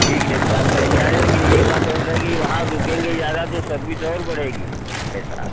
ठीक है काल करेंगे आ जाए लेकिन एक बात और रहेगी वहाँ रुकेंगे ज़्यादा तो सर्विस और बढ़ेगी पैसा